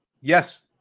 Yes